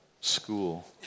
school